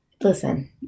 Listen